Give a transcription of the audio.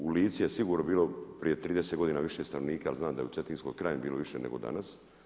U Lici je sigurno bilo prije 30 godina više stanovnika jer znam da je u cetinskoj krajini bilo više nego danas.